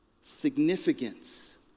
significance